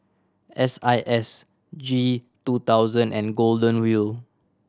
S I S G two thousand and Golden Wheel